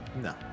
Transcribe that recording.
No